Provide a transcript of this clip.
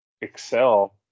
excel